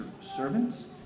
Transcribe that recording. servants